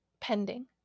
pending